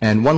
and one